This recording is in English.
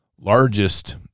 largest